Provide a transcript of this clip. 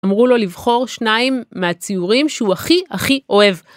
אמרו לו לבחור שניים מהציורים שהוא הכי הכי אוהב.